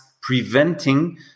preventing